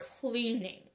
cleaning